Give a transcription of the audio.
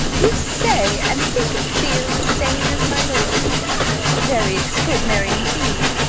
you say, and think, and feel the same as my lord very extraordinary indeed!